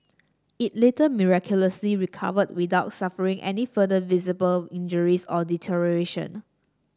it later miraculously recovered without suffering any further visible injuries or deterioration